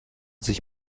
sich